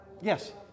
Yes